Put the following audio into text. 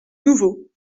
nouveau